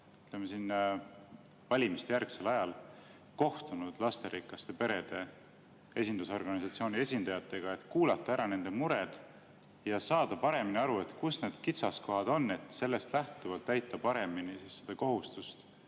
valimistejärgsel ajal kohtunud lasterikaste perede esindusorganisatsiooni esindajatega, et kuulata ära nende mured ja saada paremini aru, kus need kitsaskohad on, et sellest lähtuvalt täita paremini seda kohustust